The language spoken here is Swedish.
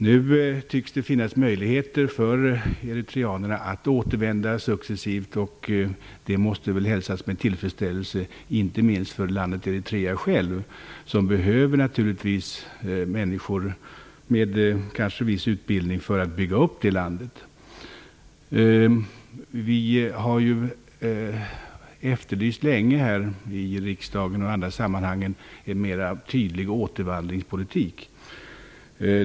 Nu tycks det finnas möjligheter för eritreanerna att återvända successivt, och det måste hälsas med tillfredsställelse, inte minst för landet Eritrea självt. Det behövs naturligtvis människor med viss utbildning för att bygga upp landet. Vi har ju länge här i riksdagen och i andra sammanhang efterlyst en tydligare återvandringspolitik.